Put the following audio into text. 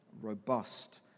robust